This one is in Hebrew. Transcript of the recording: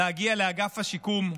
להגיע לאגף השיקום,